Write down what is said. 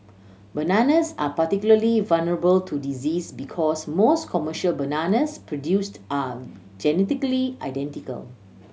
bananas are particularly vulnerable to disease because most commercial bananas produced are genetically identical